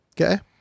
Okay